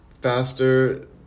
faster